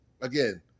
again